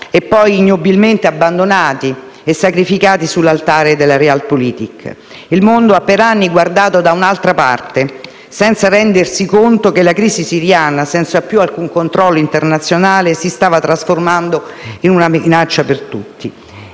e poi ignobilmente abbandonati e sacrificati sull’altare della Realpolitik. Il mondo ha per anni guardato da un’altra parte, senza rendersi conto che la crisi siriana, senza più alcun controllo internazionale, si stava trasformando in una minaccia per tutti.